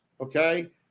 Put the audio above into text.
okay